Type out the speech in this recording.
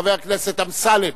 חבר הכנסת אמסלם,